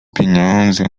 pieniądze